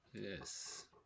Yes